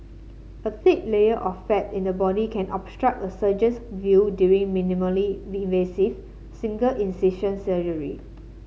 a thick layer of fat in the body can obstruct a surgeon's view during minimally invasive single incision surgery